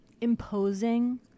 imposing